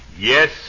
Yes